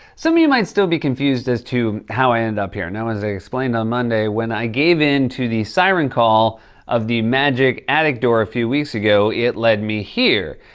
some of you might still be confused as to how i ended up here. now, as i explained on monday, when i gave in to the siren call of the magic attic door a few weeks ago, it led me here.